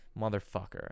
motherfucker